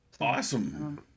Awesome